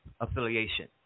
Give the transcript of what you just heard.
affiliation